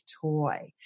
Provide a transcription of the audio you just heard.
toy